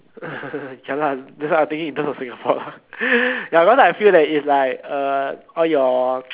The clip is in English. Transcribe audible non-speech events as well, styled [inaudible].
[noise] ya lah that's why I thinking in terms of Singapore lah [breath] ya cause I feel that it's like uh all your [noise]